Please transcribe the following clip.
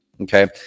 Okay